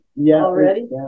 already